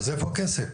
אז איפה הכסף?